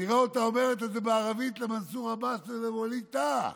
נראה אותה אומרת את זה בערבית למנסור עבאס ולווליד טאהא.